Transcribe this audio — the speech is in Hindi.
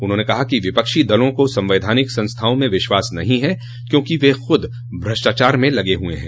उन्होंने कहा कि विपक्षी दलों को संवैधानिक संस्थाओं में विश्वास नहीं है क्योंकि वे खुद भ्रष्टाचार में लगे हैं